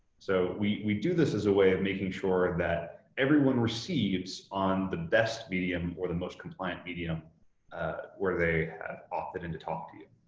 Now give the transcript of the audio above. so we we do this as a way of making sure that everyone receives on the best medium or the most compliant medium where they opted in to talk to you.